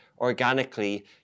organically